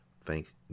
thank